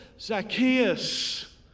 Zacchaeus